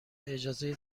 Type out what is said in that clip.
اجازه